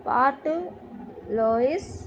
port louis